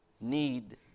need